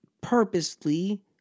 purposely